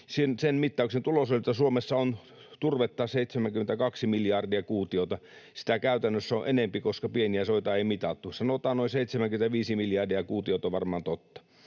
Sen mittauksen tulos oli, että Suomessa on turvetta 72 miljardia kuutiota. Sitä käytännössä on enempi, koska pieniä soita ei mitattu. Sanotaan noin 75 miljardia kuutiota on varmaan totta,